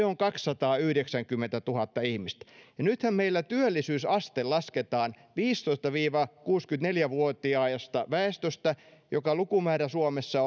on kaksisataayhdeksänkymmentätuhatta ihmistä ja nythän meillä työllisyysaste lasketaan viisitoista viiva kuusikymmentäneljä vuotiaasta väestöstä jonka lukumäärä suomessa